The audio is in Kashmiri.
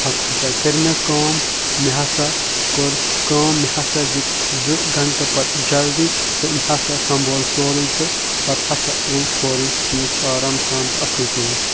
پتہٕ ہسا کٔرۍ مےٚ کٲم مےٚ ہسا کوٚر کٲم مےٚ ہسا دِتۍ زٕ گنٛٹہٕ پتہٕ جلدی تہٕ مےٚ ہسا سمبول سورُے تہٕ پتہٕ ہسا گوٚو سورُے ٹھیٖک آرام سان تہٕ اصلۍ پٲٹھۍ